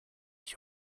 ich